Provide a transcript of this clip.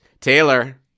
Taylor